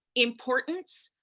importance,